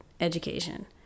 education